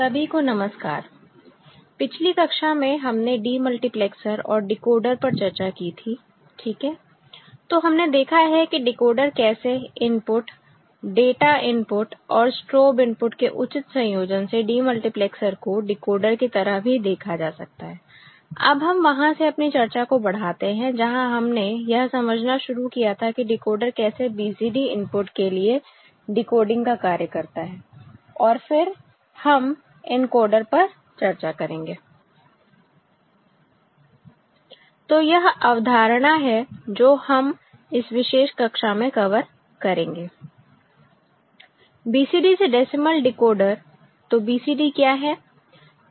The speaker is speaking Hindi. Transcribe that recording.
सभी को नमस्कार पिछली कक्षा में हमने डिमल्टीप्लेक्सर और डिकोडर पर चर्चा की थी ठीक है तो हमने देखा है कि डिकोडर कैसे इनपुट डाटा इनपुट और स्ट्रोब इनपुट के उचित संयोजन से डिमल्टीप्लेक्सर को डिकोडर की तरह भी देखा जा सकता है अब हम वहां से अपनी चर्चा को बढ़ाते हैं जहां हमने यह समझना शुरू किया था कि डिकोडर कैसे BCD इनपुट के लिए डिकोडिंग का कार्य करता है और फिर हम एनकोडर पर चर्चा करेंगे तो यह अवधारणा है जो हम इस विशेष कक्षा में कवर करेंगे BCD से डेसिमल डिकोडर तो BCD क्या है